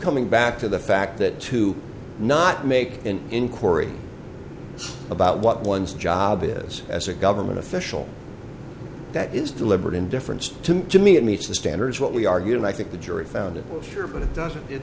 coming back to the fact that to not make an inquiry about what one's job is as a government official that is deliberate indifference to jimmy it meets the standards what we argued and i think the jury found it sure but it doesn't it